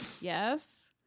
Yes